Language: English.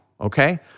okay